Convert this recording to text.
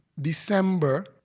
December